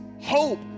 hope